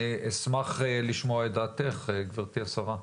אני אשמח לשמוע את דעתך גברתי השרה,